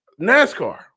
NASCAR